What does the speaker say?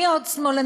מי עוד שמאלני?